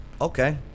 Okay